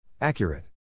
Accurate